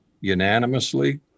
unanimously